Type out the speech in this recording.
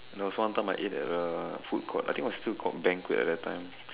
there was time I ate at a food court I think it was still called banquet at that time